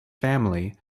family